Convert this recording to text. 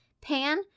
Pan